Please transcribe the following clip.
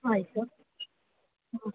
ಆಯಿತು ಹ್ಞೂ